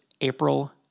April